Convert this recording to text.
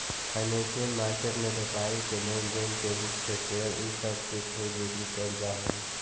financial market में व्यापारी के लेन देन के रूप में शेयर इ सब के खरीद बिक्री कैइल जा हई